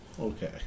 Okay